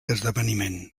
esdeveniment